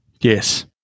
Yes